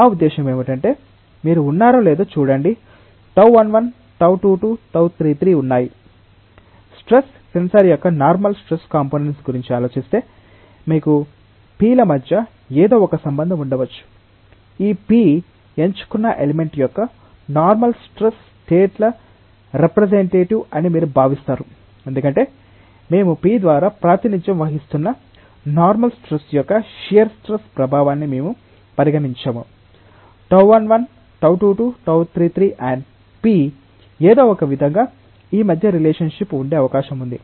మా ఉద్దేశ్యం ఏమిటంటే మీరు ఉన్నారో లేదో చూడండి τ11τ 22 τ33 ఉన్నాయి స్ట్రెస్ టెన్సర్ యొక్క నార్మల్ స్ట్రెస్ కంపోనెంట్స్ గురించి ఆలోచిస్తే మీకు p ల మధ్య ఏదో ఒక సంబంధం ఉండవచ్చు ఈ p ఎంచుకున్న ఎలిమెంట్ యొక్క నార్మల్ స్ట్రెస్ స్టేట్ ల రిప్రజెంటేటివ్ అని మీరు భావిస్తారు ఎందుకంటే మేము p ద్వారా ప్రాతినిధ్యం వహిస్తున్న నార్మల్ స్ట్రెస్ యొక్క షియర్ స్ట్రెస్ ప్రభావాన్ని మేము పరిగణించము τ11τ 22 τ33 అండ్ p ఏదో ఒకవిధంగా ఈ మధ్య రిలేషన్ షిప్ ఉండే అవకాశం ఉంది